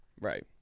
right